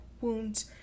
wounds